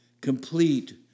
complete